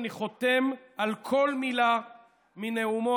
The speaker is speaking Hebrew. אני חותם על כל מילה מנאומו,